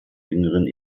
jüngeren